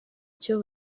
icyo